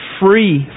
free